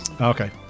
okay